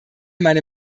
meine